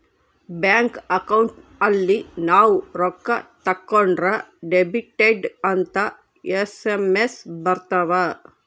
bank account ಅಲ್ಲಿ ನಾವ್ ರೊಕ್ಕ ತಕ್ಕೊಂದ್ರ ಡೆಬಿಟೆಡ್ ಅಂತ ಎಸ್.ಎಮ್.ಎಸ್ ಬರತವ